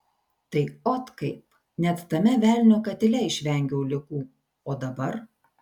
tai ot kaip net tame velnio katile išvengiau ligų o dabar